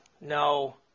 No